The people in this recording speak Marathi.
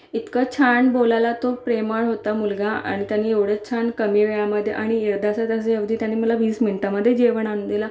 इतकं छान बोलायला तो प्रेमळ होता मुलगा आणि त्याने एवढं छान कमी वेळामध्ये आणि अर्ध्या तासाच्या ऐवजी त्यानी मला वीस मिनिटामध्ये जेवण आणून दिलं